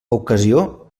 ocasió